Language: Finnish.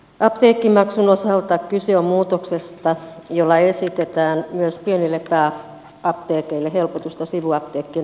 apteekkimaksun osalta kyse on muutoksesta jolla esitetään myös pienille pääapteekeille helpotusta sivuapteekkien ylläpitoon